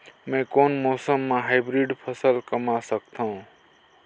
मै कोन मौसम म हाईब्रिड फसल कमा सकथव?